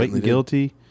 Guilty